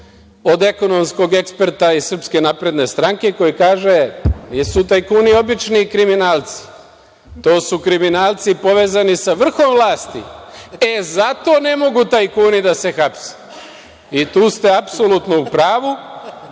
od ekonomskog eksperta iz SNS, koji kaže - nisu tajkuni obični kriminalci, to su kriminalci povezani sa vrhom vlasti i zato ne mogu tajkuni da se hapse i tu ste apsolutno u pravu,